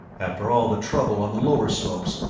after all the trouble on the lower slopes,